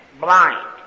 blind